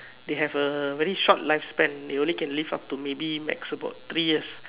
they have a very short lifespan they only can live up to maybe max about three years